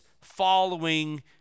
following